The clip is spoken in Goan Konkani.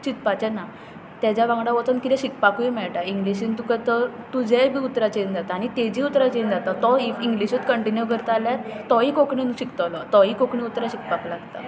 चिंतपाचें ना ताज्या वांगडा वचन किदें शिकपाकूय मेळटा इंग्लिशीन तुका तो तुजेय बी उतरां चेंज जाता आनी तेजींय उतरां चेंज जाता तो ईफ इंग्लिशूच कंटिन्यू करता जाल्यार तोय कोंकणीन शिकतलो तोय कोंकणी उतरां शिकपाक लागता